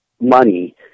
money